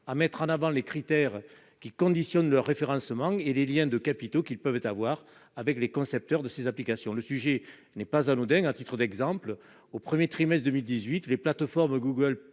à mettre en évidence les critères qui conditionnent le référencement des applications proposées et les liens capitalistiques qu'ils peuvent avoir avec les concepteurs de ces applications. Le sujet n'est pas anodin. À titre d'exemple, au premier trimestre 2018, les plateformes Google